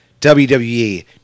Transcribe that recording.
WWE